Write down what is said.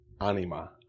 Anima